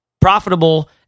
profitable